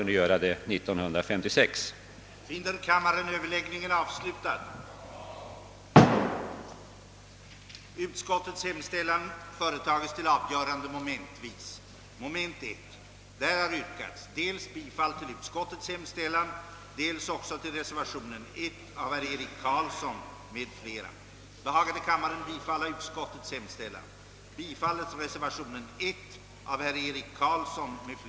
förslag — i avvaktan på slutliga förslag från utredningen om barnavårdslagen — om en provisorisk reform beträffande offentligt biträde i barnavårdsärende, innebärande att möjligheter skapades att förordna biträde som arvoderades med offentliga medel,